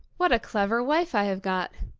what a clever wife i have got!